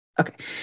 Okay